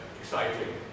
exciting